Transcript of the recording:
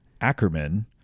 Ackerman